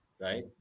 right